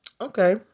Okay